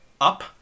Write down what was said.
up